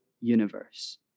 universe